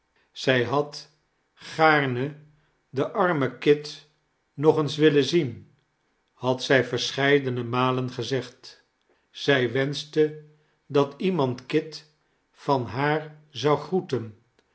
zij had gaarne den armen kit nog eens willen zien had zij verscheidene malen gezegd zij wenschte dat iemand kit van haar zou groeten